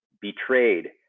betrayed